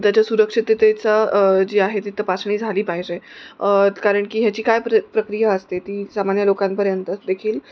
त्याच्या सुरक्षिततेचा जी आहे ती तपासणी झाली पाहिजे कारण की ह्याची काय प्र प्रक्रिया असते ती सामान्य लोकांपर्यंतच देखील